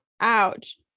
ouch